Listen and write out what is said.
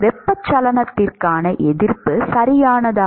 வெப்பச்சலனத்திற்கான எதிர்ப்பு சரியானதா